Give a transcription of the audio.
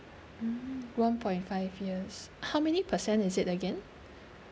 mm one point five years how many percent is it again